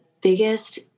biggest